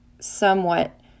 somewhat